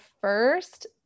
first